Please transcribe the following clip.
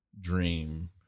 dream